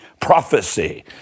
prophecy